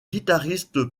guitariste